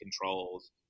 controls